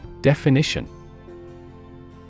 Definition